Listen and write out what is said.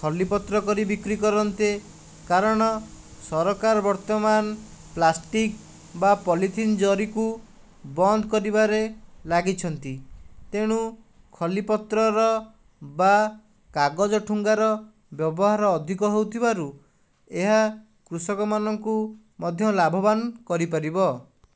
ଖଲି ପତ୍ର କରି ବିକ୍ରି କରନ୍ତେ କାରଣ ସରକାର ବର୍ତ୍ତମାନ ପ୍ଲାଷ୍ଟିକ ବା ପଲିଥିନ ଜରିକୁ ବନ୍ଦ କରିବାରେ ଲାଗିଛନ୍ତି ତେଣୁ ଖଲି ପତ୍ରର ବା କାଗଜ ଠୁଙ୍ଗାର ବ୍ୟବହାର ଅଧିକ ହେଉ ଥିବାରୁ ଏହା କୃଷକମାନଙ୍କୁ ମଧ୍ୟ ଲାଭବାନ କରିପାରିବ